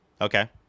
Okay